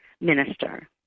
minister